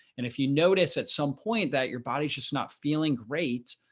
and if you notice, at some point that your body's just not feeling great,